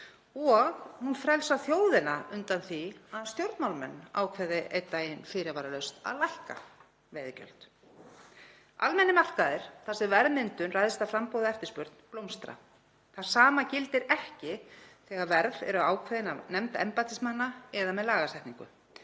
og hún frelsar þjóðina undan því að stjórnmálamenn ákveði einn daginn fyrirvaralaust að lækka veiðigjöld. Almennir markaðir þar sem verðmyndun ræðst af framboði og eftirspurn blómstra. Það sama gildir ekki þegar verð eru ákveðin af nefnd embættismanna eða með lagasetningu.